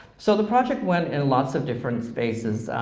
so the project went in lots of different spaces.